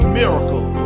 miracle